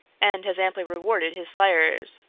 and has amply rewarded his slayers.